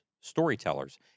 storytellers